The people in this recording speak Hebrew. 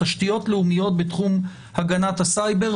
תשתיות לאומיות בתחום הגנת הסייבר.